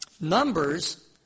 Numbers